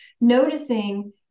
noticing